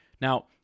Now